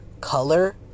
color